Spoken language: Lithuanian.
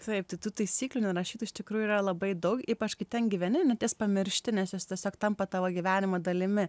taip tai tų taisyklių nerašytų iš tikrųjų yra labai daug ypač kai ten gyveni net jas pamiršti nes jos tiesiog tampa tavo gyvenimo dalimi